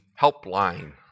helpline